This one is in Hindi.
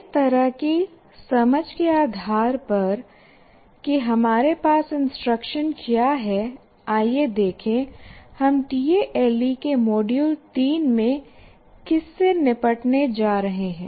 इस तरह की समझ के आधार पर कि हमारे पास इंस्ट्रक्शन क्या है आइए देखें हम टीएएलई के मॉड्यूल 3 में किससे निपटने जा रहे हैं